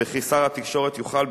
וכי שר התקשורת יוכל,